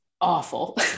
awful